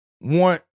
want